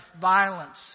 violence